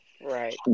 Right